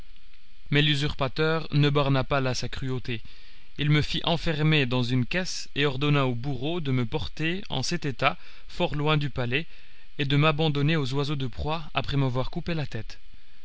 mais l'usurpateur ne borna pas là sa cruauté il me fit enfermer dans une caisse et ordonna au bourreau de me porter en cet état fort loin du palais et de m'abandonner aux oiseaux de proie après m'avoir coupé la tête